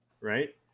right